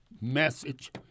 message